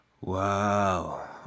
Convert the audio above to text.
Wow